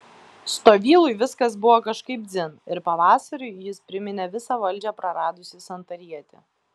stovylui viskas buvo kažkaip dzin ir pavasariui jis priminė visą valdžią praradusį santarietį